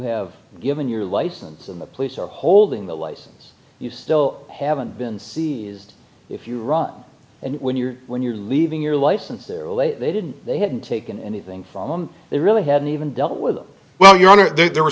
have given your license and the police are holding the license you still haven't been seized if you run and when you're when you're leaving your license they're late they didn't they hadn't taken anything from them they really hadn't even dealt with them well your honor there were